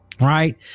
Right